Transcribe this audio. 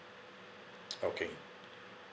okay